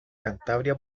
cantabria